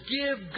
give